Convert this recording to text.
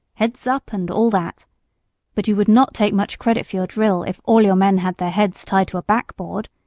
heads up, and all that but you would not take much credit for your drill if all your men had their heads tied to a backboard!